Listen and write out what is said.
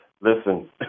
listen